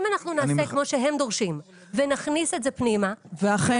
אם אנחנו נעשה כמו שהם דורשים ונכניס את זה פנימה לערך